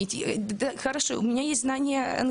זה בלתי אפשרי לקבוע ככה תור.